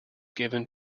given